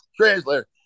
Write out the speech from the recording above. translator